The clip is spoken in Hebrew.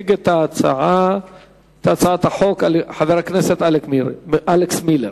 יציג את הצעת החוק חבר הכנסת אלכס מילר.